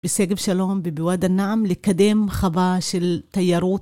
בשגב שלום ובוועדא נעם לקדם חווה של תיירות.